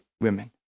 women